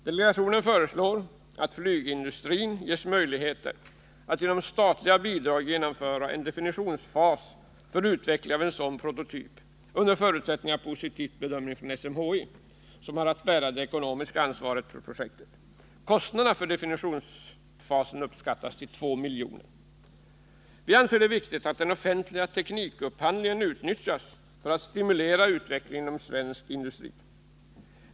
Delegationen föreslår att flygindustrin ges möjlighet att genom statliga bidrag genomföra en definitionsfas för utveckling av en sådan prototyp — under förutsättning av positiv bedömning av SMHI, som har att bära det ekonomiska ansvaret för projektet. Kostnaderna för definitionsfasen uppskattas till 2 milj.kr. Vi anser det viktigt att den offentliga teknikupphandlingen utnyttjas för att stimulera utvecklingen inom svensk industri.